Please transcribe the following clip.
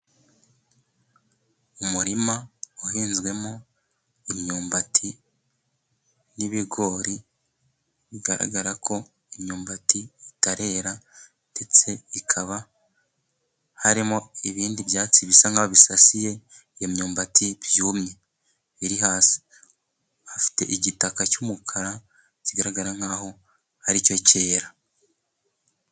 Umurima wahinzwemo imyumbati n'ibigori, bigaragara ko imyumbati itarera, ndetse ikaba harimo ibindi byatsi bisa nk'aho bisasiye iyo imyumbati byumye biri hasi. Hafite igitaka cy'umukara, kigaragara nkaho aricyo cyera.